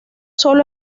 solo